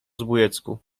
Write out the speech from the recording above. zbójecku